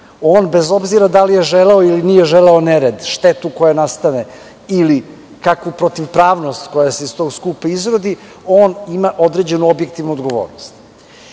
On bez obzira da li je želeo ili nije želeo nered, štetu koja nastane ili kakvu protivpravnost koja se iz tog skupa izrodi, on ima određenu objektivnu odgovornost. Mi